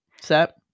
set